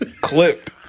clipped